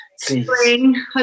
spring